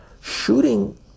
shooting